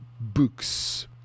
books